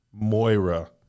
Moira